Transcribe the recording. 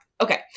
okay